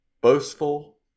boastful